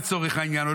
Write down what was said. לצורך העניין,